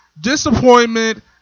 disappointment